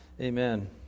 Amen